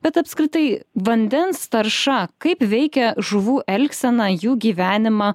bet apskritai vandens tarša kaip veikia žuvų elgseną jų gyvenimą